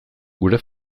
gure